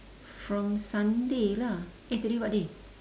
from sunday lah eh today what day